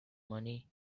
money